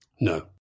No